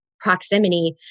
proximity